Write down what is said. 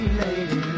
lady